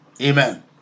Amen